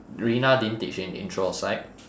derina didn't teach in intro of psych